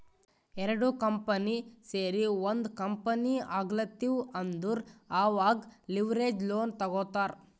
ಎರಡು ಕಂಪನಿ ಸೇರಿ ಒಂದ್ ಕಂಪನಿ ಆಗ್ಲತಿವ್ ಅಂದುರ್ ಅವಾಗ್ ಲಿವರೇಜ್ ಲೋನ್ ತಗೋತ್ತಾರ್